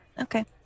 okay